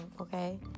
okay